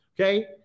okay